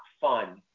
fun